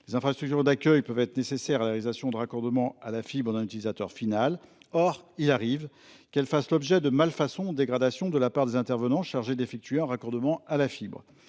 Les infrastructures d'accueil peuvent être nécessaires à la réalisation du raccordement à la fibre d'un utilisateur final. Or il arrive qu'elles fassent l'objet de malfaçons ou de dégradations de la part des intervenants chargés d'effectuer un raccordement à la fibre.